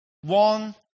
One